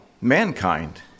mankind